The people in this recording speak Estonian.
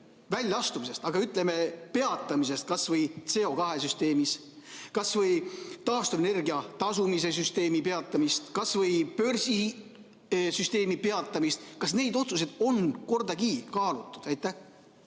väljaastumisest, aga ütleme peatamist kasvõi CO2süsteemis, kasvõi taastuvenergia tasumise süsteemi peatamist, kasvõi börsisüsteemi peatamist. Kas neid otsuseid on kordagi kaalutud? Keit